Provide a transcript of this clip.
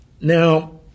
Now